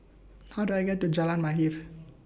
How Do I get to Jalan Mahir